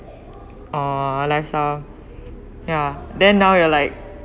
uh lifestyle ya then now you're like